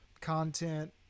content